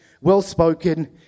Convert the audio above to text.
well-spoken